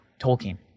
Tolkien